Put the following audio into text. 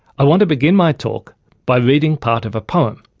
i want to begin my talk by reading part of a poem,